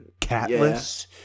catless